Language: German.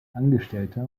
angestellter